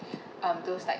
um those like